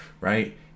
right